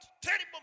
terrible